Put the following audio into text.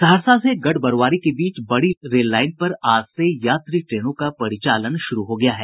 सहरसा से गढ़बरूआरी के बीच बड़ी लाईन पर आज से यात्री ट्रेनों का परिचालन शुरू हो गया है